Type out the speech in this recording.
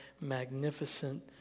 magnificent